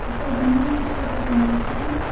there is a move to table the motion.